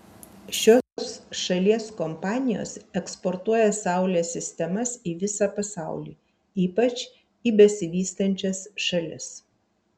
šios šalies kompanijos eksportuoja saulės sistemas į visą pasaulį ypač į besivystančias šalis